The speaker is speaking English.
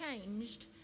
changed